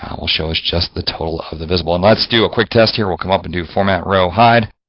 um will show us just the total of the visible and let's do a quick test here. we'll come up and do format row hide,